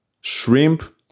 shrimp